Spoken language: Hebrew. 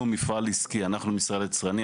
אנחנו מפעל עסקי, אנחנו מפעל יצרני.